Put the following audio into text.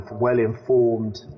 well-informed